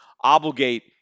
obligate